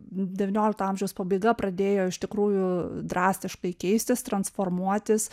devyniolikto amžiaus pabaiga pradėjo iš tikrųjų drastiškai keistis transformuotis